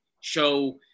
show –